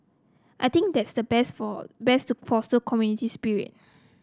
I think that's the best best to foster community spirit